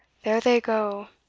there they go,